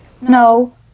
No